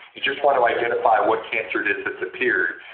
you just want to identify what cancer it is that's appeared.